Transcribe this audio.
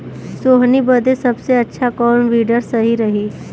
सोहनी बदे सबसे अच्छा कौन वीडर सही रही?